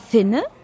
Finne